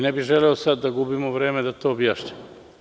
Ne bih želeo da sad gubimo vreme da to objašnjavam.